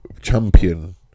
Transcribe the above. champion